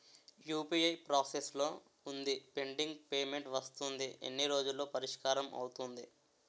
UPI process లో వుందిపెండింగ్ payment వస్తుంది ఎన్ని రోజుల్లో పరిష్కారం అవుతుంది